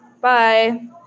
bye